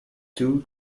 two